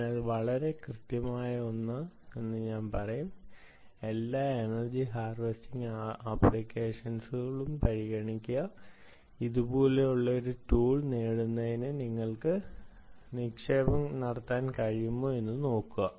അതിനാൽ വളരെ കൃത്യമായ ഒന്ന് ഞാൻ പറയും എല്ലാ എനർജിഹാർവെസ്റ്റിംഗ് ആപ്ലിക്കേഷനുകളും പരിഗണിക്കുക ഇതുപോലുള്ള ഒരു ടൂൾ നേടുന്നതിന് നിങ്ങൾക്ക് നിക്ഷേപം നടത്താൻ കഴിയുമോ എന്ന് നോക്കുക